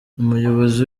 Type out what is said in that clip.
umuyobozi